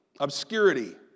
Obscurity